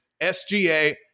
SGA